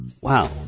Wow